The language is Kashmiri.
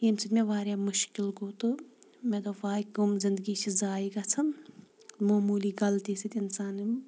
ییٚمہِ سۭتۍ مےٚ واریاہ مُشکل گوٚو تہٕ مےٚ دوٚپ واے کٕم زِندگی چھِ زایہِ گژھان موموٗلی غلطی سۭتۍ انسان